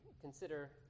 consider